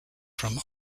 from